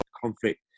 conflict